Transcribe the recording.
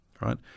right